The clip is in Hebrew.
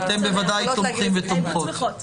אתם בוודאי תומכים ותומכות.